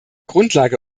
grundlage